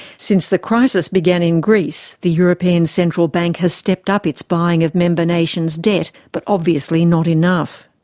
since the crisis began in greece, the european central bank has stepped up its buying of member nations' debt, but obviously not enough.